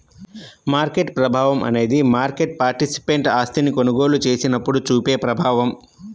market ప్రభావం అనేది market participant ఆస్తిని కొనుగోలు చేసినప్పుడు చూపే ప్రభావం